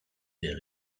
der